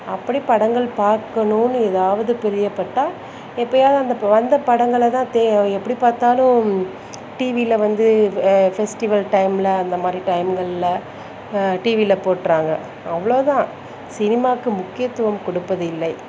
அப்படி படங்கள் பார்க்கணும்னு எதாவது பிரியப்பட்டால் எப்பையாவது அந்த இப்போ வந்த படங்களை தான் தே எப்படி பார்த்தாலும் டிவியில வந்து ஃபெஸ்டிவல் டைமில் அந்த மாதிரி டைம்கள்ல டிவியில போடுறாங்க அவ்வளோ தான் சினிமாவுக்கு முக்கியத்துவம் கொடுப்பது இல்லை